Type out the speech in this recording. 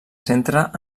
centra